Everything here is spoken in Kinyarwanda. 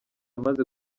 amaze